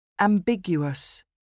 Ambiguous